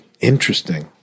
interesting